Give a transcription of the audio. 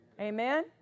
Amen